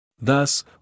Thus